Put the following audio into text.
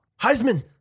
Heisman